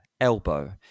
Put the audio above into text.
elbow